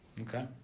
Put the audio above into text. Okay